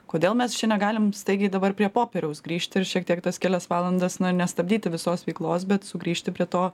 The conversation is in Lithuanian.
kodėl mes čia negalim staigiai dabar prie popieriaus grįžti ir šiek tiek tas kelias valandas nestabdyti visos veiklos bet sugrįžti prie to